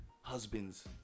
husband's